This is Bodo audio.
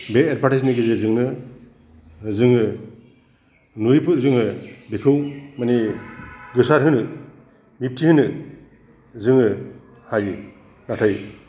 बे एदभार्तायसनि गेजेरजोंनो जोङो नुयैफोर जोङो बेखौ माने गोसारहोनो मिथिहोनो जोङो हायो नाथाय